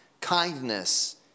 kindness